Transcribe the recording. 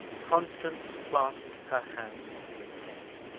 constance clasped her hands in pain.